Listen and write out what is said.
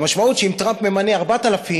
והמשמעות היא שאם טראמפ ממנה 4,000,